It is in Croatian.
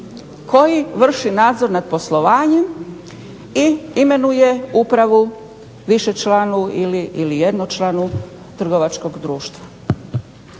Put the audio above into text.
koji vrši nadzor nad poslovanjem i imenuje upravu višečlanu ili jednočlanu trgovačkog društva.